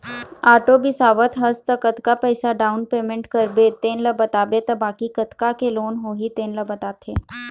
auto बिसावत हस त कतका पइसा डाउन पेमेंट करबे तेन ल बताबे त बाकी कतका के लोन होही तेन ल बताथे